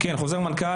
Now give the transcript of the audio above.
בחוזר מנכ"ל?